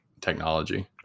technology